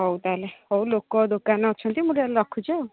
ହଉ ତାହାଲେ ହଉ ଲୋକ ଦୋକାନରେ ଅଛନ୍ତି ମୁଁ ଟିକେ ରଖୁଛି ଆଉ